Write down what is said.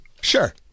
Sure